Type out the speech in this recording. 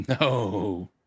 No